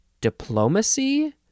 diplomacy